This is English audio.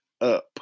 up